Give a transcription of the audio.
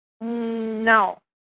no